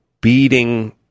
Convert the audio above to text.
beating